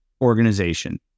organization